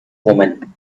woman